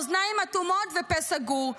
אוזניים אטומות ופה סגור,